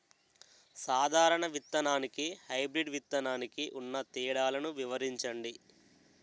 సాధారణ విత్తననికి, హైబ్రిడ్ విత్తనానికి ఉన్న తేడాలను వివరించండి?